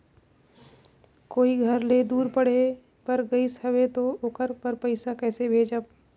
कोई घर ले दूर पढ़े बर गाईस हवे तो ओकर बर पइसा कइसे भेजब?